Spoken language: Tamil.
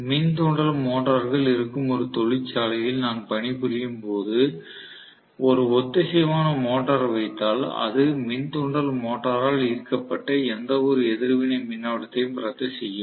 மின் தூண்டல் மோட்டார்கள் இருக்கும் ஒரு தொழிற்சாலையில் நான் பணிபுரியும் போது ஒரு ஒத்திசைவான மோட்டார் வைத்தால் அது மின் தூண்டல் மோட்டாரால் ஈர்க்கப்பட்ட எந்தவொரு எதிர்வினை மின்னோட்டத்தையும் ரத்து செய்யும்